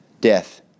death